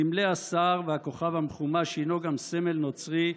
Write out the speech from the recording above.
סמלי הסהר והכוכב המחומש, שהוא גם סמל נוצרי,